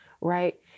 Right